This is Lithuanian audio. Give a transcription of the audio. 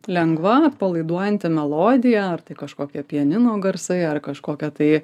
lengva atpalaiduojanti melodija ar tai kažkokie pianino garsai ar kažkokia tai